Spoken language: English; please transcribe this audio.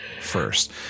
first